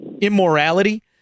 immorality